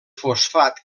fosfat